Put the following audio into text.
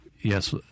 Yes